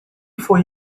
foi